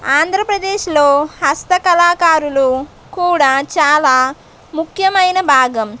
ఆంధ్రప్రదేశ్లో హస్తకళాకారులు కూడా చాలా ముఖ్యమైన భాగం